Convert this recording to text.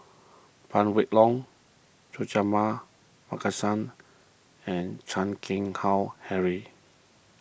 Phan Wait Hong Suratman Markasan and Chan Keng Howe Harry